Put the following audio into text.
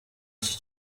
iki